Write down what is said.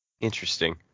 Interesting